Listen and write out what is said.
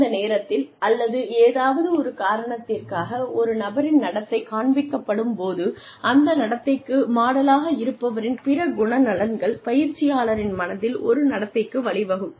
அந்த நேரத்தில் அல்லது ஏதாவது ஒரு காரணத்திற்காக ஒரு நபரின் நடத்தை காண்பிக்கப்படும் போது அந்த நடத்தைக்கு மாடலாக இருப்பவரின் பிற குணநலன்கள் பயிற்சியாளரின் மனதில் ஒரு நடத்தைக்கு வழிவகுக்கும்